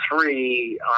three